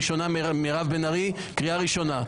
מירב בן ארי, קריאה ראשונה.